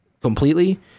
completely